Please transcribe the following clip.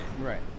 Right